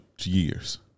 years